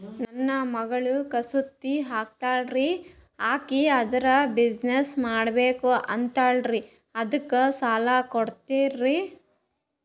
ನನ್ನ ಮಗಳು ಕಸೂತಿ ಹಾಕ್ತಾಲ್ರಿ, ಅಕಿ ಅದರ ಬಿಸಿನೆಸ್ ಮಾಡಬಕು ಅಂತರಿ ಅದಕ್ಕ ಸಾಲ ಕೊಡ್ತೀರ್ರಿ?